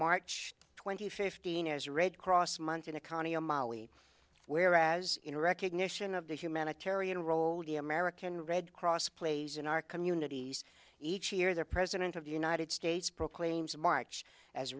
march twenty fifteen as a red cross month in a county whereas in recognition of the humanitarian role the american red cross plays in our communities each year the president of the united states proclaims march as